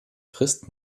frist